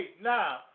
Now